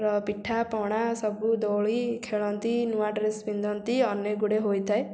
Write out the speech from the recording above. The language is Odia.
ର ପିଠାପଣା ସବୁ ଦୋଳି ଖେଳନ୍ତି ନୂଆ ଡ୍ରେସ ପିନ୍ଧନ୍ତି ଅନେକ ଗୁଡ଼ିଏ ହୋଇଥାଏ